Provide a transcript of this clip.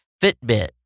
Fitbit